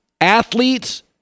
Athletes